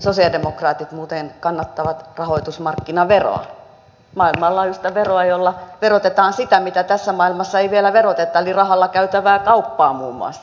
sosialidemokraatit muuten kannattavat rahoitusmarkkinaveroa maailmanlaajuista veroa jolla verotetaan sitä mitä tässä maailmassa ei vielä veroteta eli rahalla käytävää kauppaa muun muassa